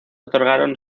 otorgaron